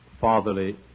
fatherly